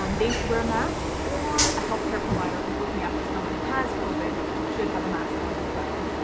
um they should wear a mask or a healthcare provider who's looking after someone who has covid should have a mask on as well.